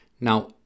Now